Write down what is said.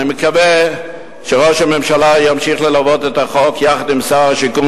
אני מקווה שראש הממשלה ימשיך ללוות את החוק יחד עם שר השיכון,